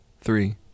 three